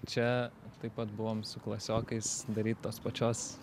čia taip pat buvom su klasiokais daryt tos pačios